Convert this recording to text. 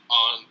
on